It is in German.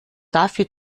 dafür